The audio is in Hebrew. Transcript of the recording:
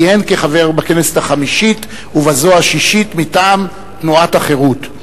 כיהן כחבר בכנסת החמישית ובזו השישית מטעם תנועת החרות.